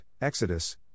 Exodus